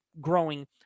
growing